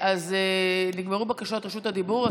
נגמרו בקשות רשות הדיבור.